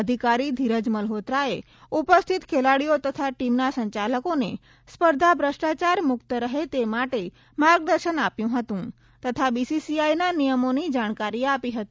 અધિકારી ધીરજ મલ્હોત્રાએ ઉપસ્થિત ખેલાડીઓ તથા ટીમના સંચાલકોને સ્પર્ધા ભ્રષ્ટાચાર મુક્ત રહે તે માટે માર્ગદર્શન આપ્યું હતું તથા બીસીસીઆઈના નિયમોની જાણકારી આપી હતી